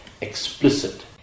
explicit